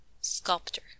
sculptor